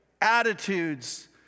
attitudes